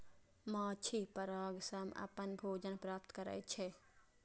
माछी पराग सं अपन भोजन प्राप्त करै छै